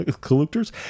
collectors